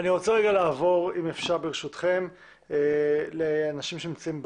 אני רוצה רגע לעבור אם אפשר ברשותכם לאנשים שנמצאים בזום.